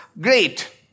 great